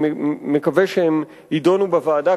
אני מקווה שהם יידונו בוועדה,